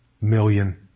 million